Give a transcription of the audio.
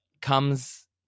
comes